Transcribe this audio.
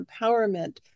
empowerment